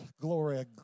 glory